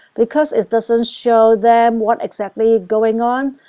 because it doesn't show them what's exactly going on?